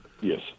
Yes